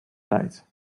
feit